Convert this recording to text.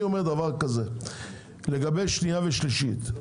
לגבי שנייה ושלישית,